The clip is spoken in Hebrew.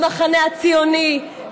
למחנה הציוני,